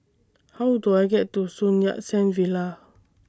How Do I get to Sun Yat Sen Villa